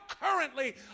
currently